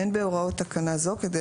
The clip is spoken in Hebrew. אין בהוראות תקנה זו כדי